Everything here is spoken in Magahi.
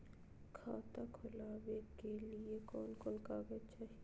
खाता खोलाबे के लिए कौन कौन कागज चाही?